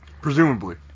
Presumably